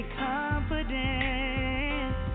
confidence